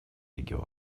регион